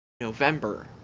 November